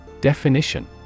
Definition